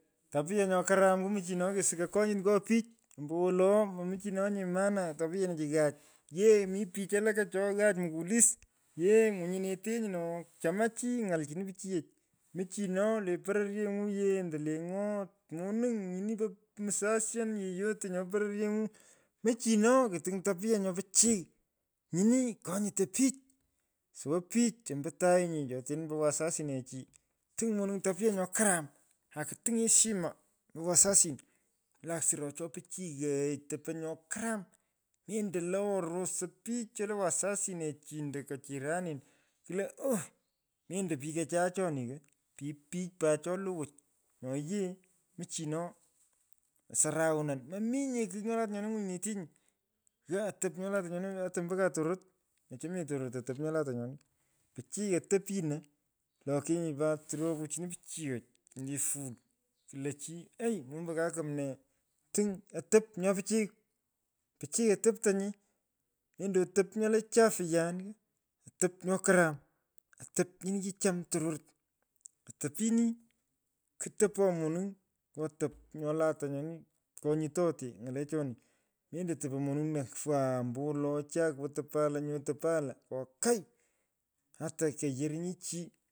Tapya nyo karam komichinoo kisikegh konyut ng’o pich. ombowolo momichinonye monaa tapyenichi ghaach. Vee mi pich cho ghaach mukwolis. yee ng’unyinetenyi noo chumu chi ng’al chini pichiyech. michino lee pororyeng’u yee ando lee ng’o monung nyini po msasian yeyote nyopo pororyeny’u. michinoo kutiny tapya nyo pichiy. nyini konyutogh pich ksuwa pich ombo tayunyi cho tenin ombo wasasinechi. ting monung’u tapya nyo karam. akuting heshima ombo wasasin; kulakgn suro choo pichiyeech. topo nyo karam. mendo lo rosoy pich cholee wasasinechi ando ko chiranin. kulo oo. Mendo pikochan choni. pipich pat cho lowoch. nyo lata nyoni ny’onyitenyi. ghaa otop nyo. lata nyoni ata ombo nkaa tororot. mochomonyee tororot otop nyo lata nyoni. pichiy otopino lokenyi pat surokoku chini pichiyech kulo chi eei. mombo kaa kumnee tiny otop nyo pichy. pichiy otoptonyi. mendo otop nyo lee chatyaan. otop nyoo karam. otop nyini kichum tororot. Otopin. kutopoo monuny ny’o otop nyoo lata nyeng’u. konyutote ng’alechoni. mendo topo monung lo fwaa ombowolo chaa kotopalo atopan lo kokai ata kiyorunyi chi.